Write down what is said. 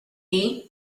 tnt